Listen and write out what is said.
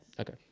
Okay